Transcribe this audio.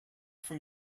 from